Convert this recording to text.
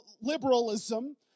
liberalism